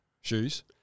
shoes